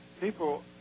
people